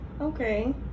okay